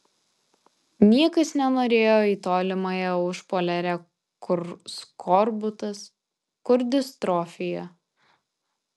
niekas nenorėjo į tolimąją užpoliarę kur skorbutas kur distrofija